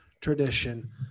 tradition